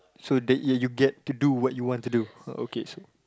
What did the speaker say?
so that you you get to do what you want to do